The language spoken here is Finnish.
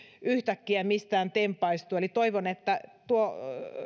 yhtäkkiä mistään tempaistu eli toivon että tuo